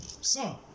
son